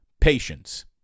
patience